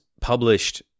published